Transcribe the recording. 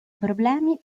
problemi